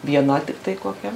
viena tiktai kokia